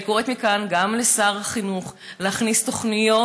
אני קוראת מכאן לשר החינוך להכניס תוכניות,